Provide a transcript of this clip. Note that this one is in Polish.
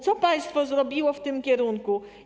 Co państwo zrobiło w tym kierunku?